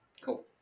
Cool